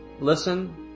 listen